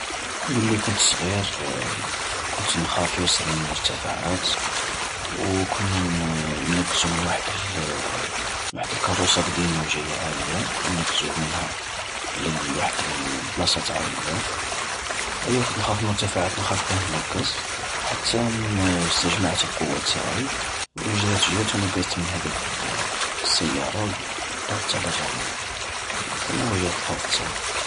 ملي كنت صغير، كنت نخاف ياسر من المرتفعات، و كنا ر نقزو من وحد من وحد الكاروسة قديمة و جاية عالية، كنا نقزو منها لال واحد البلاصة نتع رملا. ايا و كنت نخاف من المرتفعات نخاف باه نقز، حتان جمعت القوة تاعي، وجريت جريت ونقزت من هذيك السيارة، وطحت على الرملا، ثم واجهت الخوف تاعي.